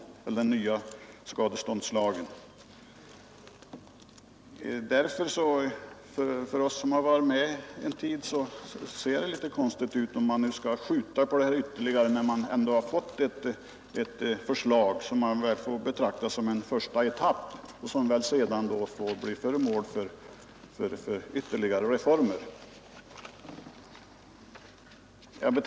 Men för oss som har varit med här en tid verkar det egendomligt om man skulle skjuta på denna fråga ytterligare, när vi nu har ett förslag som kan betraktas som en första etapp och som väl sedan får bli föremål för ytterligare reformer.